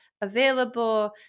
available